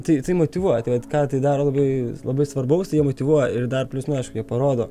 tai tai motyvuoja tai vat ką tai daro labai labai svarbaus tai jie motyvuoja ir dar plius na aišku jie parodo